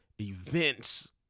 events